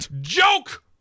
joke